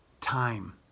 time